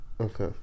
okay